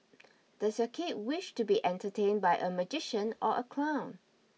does your kid wish to be entertained by a magician or a clown